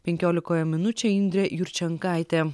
penkiolikoje minučių indrė jurčenkaitė